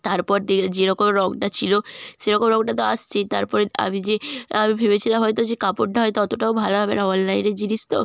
তারপর দে যেরকম রঙটা ছিলো সেরকম রঙটা তো আসছেই তারপরে আমি যে আমি ভেবেছিলাম হয়তো যে কাপড়টা হয়তো অতোটাও ভালো হবে না অনলাইনের জিনিস তো